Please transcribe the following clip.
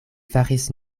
faris